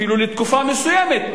אפילו לתקופה מסוימת,